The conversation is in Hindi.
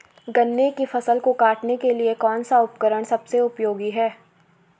गन्ने की फसल को काटने के लिए कौन सा उपकरण सबसे उपयोगी है?